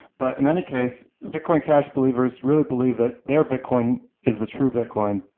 but in any case, bitcoin cash believers really believe that their bitcoin is the true bitcoin,